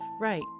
right